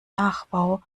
nachbau